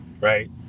right